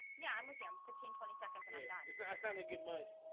yeah, i'm with you i'm fifteen twenty seconds, and and it's not it's not gonna get much